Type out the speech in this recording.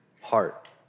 heart